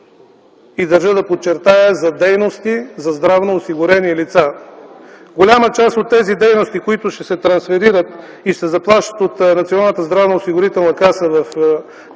Държа да подчертая – за дейности за здравноосигурени лица. Голяма част от тези дейности, които ще се трансферират и ще се заплащат от Националната здравноосигурителна каса чрез